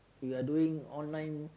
we are doing online